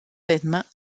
vêtements